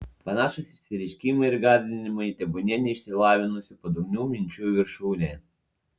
panašūs išsireiškimai ir gąsdinimai tebūnie neišsilavinusių padugnių minčių viršūnė